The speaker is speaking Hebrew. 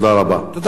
תודה רבה.